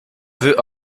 veut